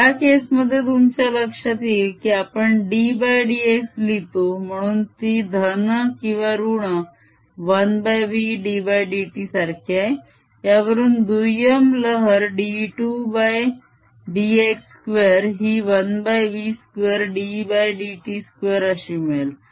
या केस मध्ये तुमच्या लक्षात येईल की आपण ddx लिहितो म्हणून ती धन किंवा ऋण 1v ddt सारखी आहे त्यावरून दुय्यम लहर d 2 d x 2 ही 1 v2 ddt2 अशी मिळेल